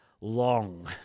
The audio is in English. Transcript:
long